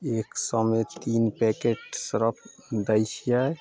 एक सएमे तीन पैकेट सर्फ दै छियै